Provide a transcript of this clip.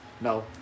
No